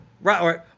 right